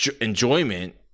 enjoyment